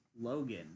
Logan